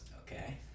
Okay